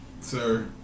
Sir